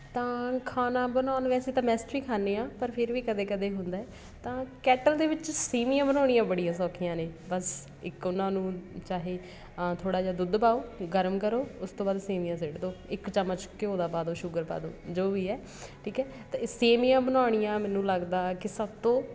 ਤਾਂ ਖਾਣਾ ਬਣਾਉਣ ਵੈਸੇ ਤਾਂ ਮੈਸ 'ਚ ਹੀ ਖਾਂਦੇ ਹਾਂ ਪਰ ਫੇਰ ਵੀ ਕਦੇ ਕਦੇ ਹੁੰਦਾ ਹੈ ਤਾਂ ਕੈਟਲ ਦੇ ਵਿੱਚ ਸੇਵੀਆਂ ਬਣਾਉਣੀਆਂ ਬੜੀਆਂ ਸੌਖੀਆਂ ਨੇ ਬਸ ਇੱਕ ਉਹਨਾਂ ਨੂੰ ਚਾਹੇ ਥੋੜ੍ਹਾ ਜਿਹਾ ਦੁੱਧ ਪਾਉ ਗਰਮ ਕਰੋ ਉਸ ਤੋਂ ਬਾਅਦ ਸੇਵੀਆਂ ਸੁੱਟ ਦਿਉ ਇੱਕ ਚਮਚ ਘਿਉ ਦਾ ਪਾ ਦਿਉ ਸ਼ੂਗਰ ਪਾ ਦਿਉ ਜੋ ਵੀ ਹੈ ਠੀਕ ਹੈ ਤਾਂ ਇਹ ਸੇਵੀਆਂ ਬਣਾਉਣੀਆਂ ਮੈਨੂੰ ਲੱਗਦਾ ਕਿ ਸਭ ਤੋਂ